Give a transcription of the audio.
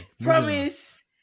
Promise